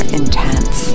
intense